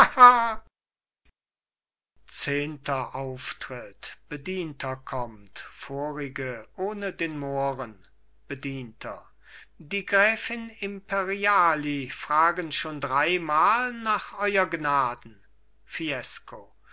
zehnter auftritt bedienter kommt vorige ohne den mohren bedienter die gräfin imperiali fragen schon dreimal nach euer gnaden fiesco